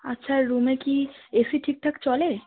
আচ্ছা রুমে কি এসি ঠিকঠাক চলে